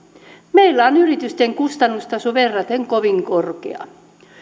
meillä on yritysten kustannustaso verraten kovin korkea